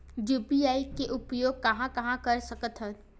UPI के उपयोग कहां कहा कर सकत हन?